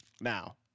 Now